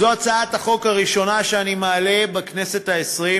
זו הצעת החוק הראשונה שאני מעלה בכנסת העשרים.